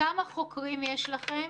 כמה חוקרים יש לכם,